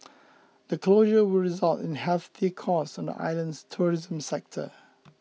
the closure will result in hefty costs on the island's tourism sector